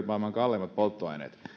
maailman kalleimmat polttoaineet